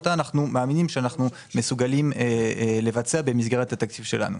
אותה אנחנו מאמינים שאנחנו מסוגלים לבצע במסגרת התקציב שלנו.